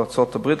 בארצות-הברית,